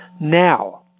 Now